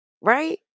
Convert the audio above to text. right